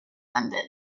ended